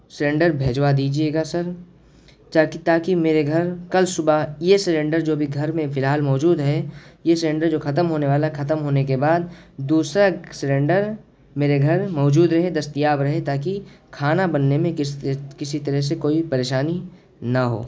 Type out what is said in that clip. cylinder بھجوا دیجیے گا سر تاکہ میرے گھر کل صبح یہ سلنڈر جو ابھی گھر میں فی الحال موجود ہے یہ سلنڈر جو ختم ہونے والا ہے ختم ہونے کے بعد دوسرا سلنڈر میرے گھر موجود رہے دستیاب رہے تاکہ کھانا بننے میں کسی طرح سے کوئی پریشانی نہ ہو